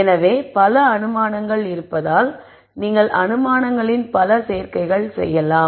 எனவே பல அனுமானங்கள் இருப்பதால் நீங்கள் அனுமானங்களின் பல சேர்க்கைகள் செய்யலாம்